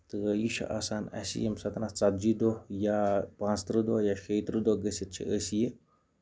تہٕ یہِ چھُ آسان اَسہِ ییٚمہِ ساتہٕ اَتھ ژَتجہِ دۄہ یا پانٛژھ تٔرہ دۄہ یا شییہِ تٔرہ دۄہ گٔژھِتھ چھِ أسۍ یہِ